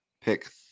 pick